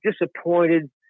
disappointed